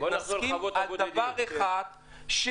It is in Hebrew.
נסכים על דבר אחד,